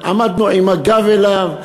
עמדנו עם הגב אליו.